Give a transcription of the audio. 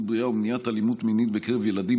בריאה ומניעת אלימות מינית בקרב ילדים,